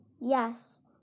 Yes